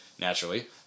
naturally